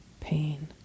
pain